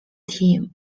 team